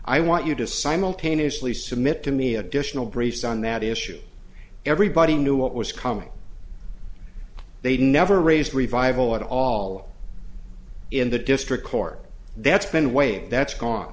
i want you to simultaneously submit to me additional briefs on that issue everybody knew what was coming they never raised revival at all in the district court that's been waived that's gone